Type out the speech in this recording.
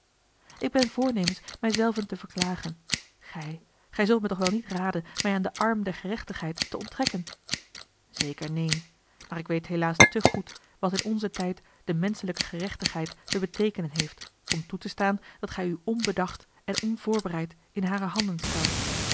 ik ben voornemens mij zelven te verklagen gij gij zult me toeh wel niet raden mij aan den arm der gerechtigheid te onttrekken zeker neen maar ik weet helaas te goed wat in onzen tijd de menschelijke gerechtigheid te beteekenen heeft om toe te staan dat gij u onbedacht en onvoorbereid in hare handen stelt